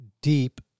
deep